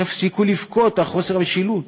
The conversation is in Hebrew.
תפסיקו לבכות על חוסר משילות.